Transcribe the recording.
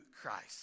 Christ